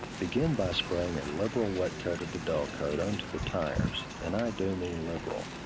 begin by spraying a liberal wet coat of the dullcote onto the tires. and i do mean liberal.